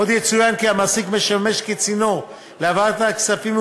עוד יצוין כי המעסיק משמש כצינור להעברת הכספים,